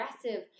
aggressive